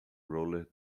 roller